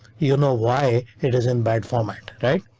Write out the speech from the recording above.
you know why it is in bad format, right?